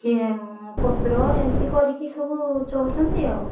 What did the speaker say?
କିଏ ପତ୍ର ଏମତି କରିକି ସବୁ ଚଳୁଛନ୍ତି ଆଉ